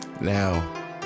Now